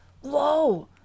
whoa